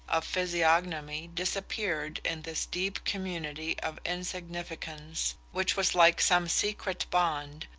of physiognomy, disappeared in this deep community of insignificance, which was like some secret bond,